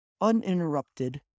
uninterrupted